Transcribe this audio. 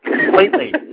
completely